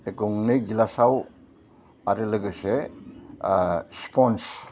बे गंनै गिलासाव आरो लोगोसे स्पन्ज